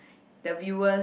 the viewers